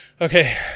okay